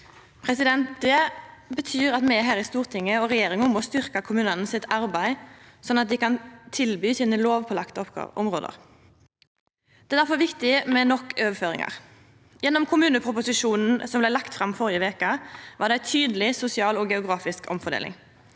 tenestene. Det betyr at me her i Stortinget og regjeringa må styrkja arbeidet i kommunane, sånn at dei kan tilby sine lovpålagde oppgåver. Det er difor viktig med nok overføringar. Gjennom kommuneproposisjonen som blei lagd fram førre veke, var det ei tydeleg sosial og geografisk omfordeling.